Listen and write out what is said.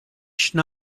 should